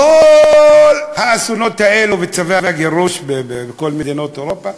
כל האסונות האלה וצווי הגירוש בכל מדינות אירופה,